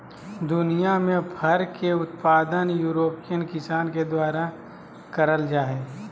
दुनियां में फर के उत्पादन यूरोपियन किसान के द्वारा करल जा हई